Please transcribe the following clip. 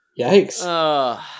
yikes